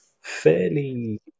fairly